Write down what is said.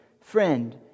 friend